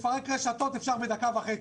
לפרק רשתות אפשר בדקה וחצי.